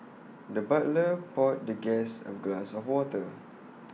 the butler poured the guest A glass of water